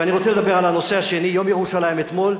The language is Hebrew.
הנושא השני, יום ירושלים אתמול,